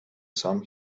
sum